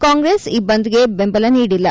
ಕಾಂಗ್ರೆಸ್ ಈ ಬಂದ್ಗೆ ಬೆಂಬಲ ನೀಡಿಲ್ಲ